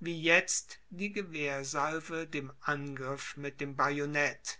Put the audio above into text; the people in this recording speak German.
wie jetzt die gewehrsalve dem angriff mit dem bajonett